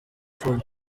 ford